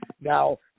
now